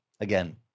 again